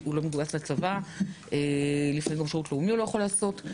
הוא לא מגויס לצבא ולפעמים הוא גם לא יכול לעשות שירות לאומי.